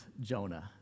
Jonah